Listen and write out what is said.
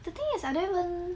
the thing is I didn't even